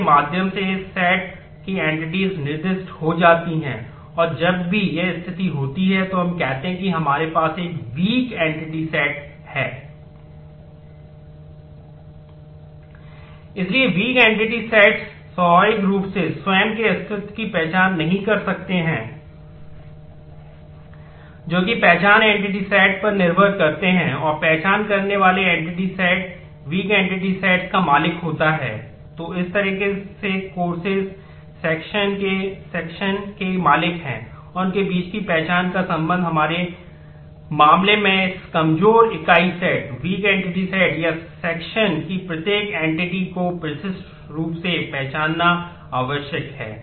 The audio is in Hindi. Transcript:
इसलिए वीक एंटिटी सेट्स को विशिष्ट रूप से पहचानना आवश्यक है